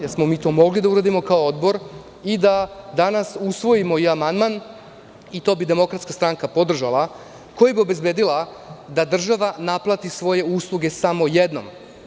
Jer, mi smo to mogli da uradimo kao Odbor i da danas usvojimo ovaj amandman, što bi DS podržala, čime bismo obezbedili da država naplati svoje usluge samo jednom.